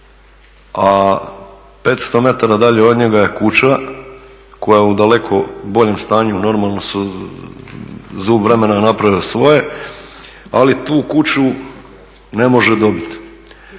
a 500 metara dalje od njega je kuća koja je u daleko boljem stanju, normalno, zub vremena je napravio svoje, ali tu kuću ne može dobiti.